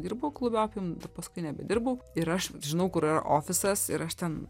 dirbau klube opium bet paskui nebedirbau ir aš žinau kur yra ofisas ir aš ten